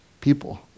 people